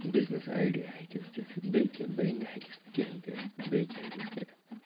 business idea ہیکٮ۪س دِتھ بیٚیہِ کیاہ بیٚیہِ نہٕ ہیکٮ۪س نہٕ کِہیٖنٛۍ کٔرِتھ بیٚیہِ کیٛاہ ہیکٮ۪س کٔرِتھ